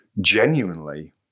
genuinely